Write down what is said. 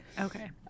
Okay